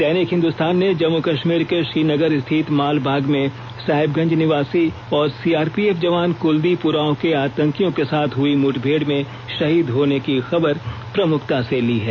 दैनिक हिन्दुस्तान ने जम्मू कष्मीर के श्रीनगर स्थित मालबाग में साहेबगंज निवासी और सीआरपीएफ जवान कुलदीप उराव के आतंकियों के साथ हुई मुठभेड़ में शहीद होने की खबर प्रमुखता से ली है